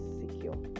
secure